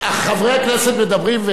חברי כנסת מדברים,